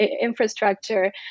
infrastructure